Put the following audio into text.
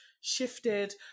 shifted